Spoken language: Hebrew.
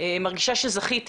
מרגישה שזכיתי.